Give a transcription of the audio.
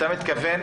אתה מתכוון,